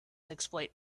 exploit